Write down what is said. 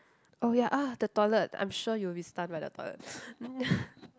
oh ya uh the toilet I'm sure you will be stunned by the toilet